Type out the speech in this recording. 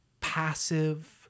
passive